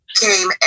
came